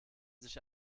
sich